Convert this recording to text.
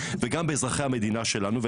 וגם באזרחי המדינה שלנו.